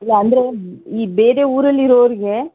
ಯಾ ಅಂದರೆ ಈ ಬೇರೆ ಊರಲ್ಲಿ ಇರೋವ್ರಿಗೆ